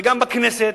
וגם בכנסת,